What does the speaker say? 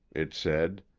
it said,